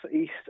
east